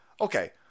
okay